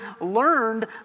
learned